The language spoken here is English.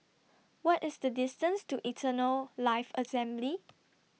What IS The distance to Eternal Life Assembly